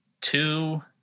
two